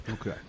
Okay